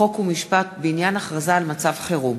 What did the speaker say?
חוק ומשפט בעניין הכרזה על מצב חירום.